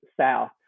South